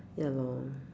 ya lor mm